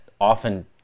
often –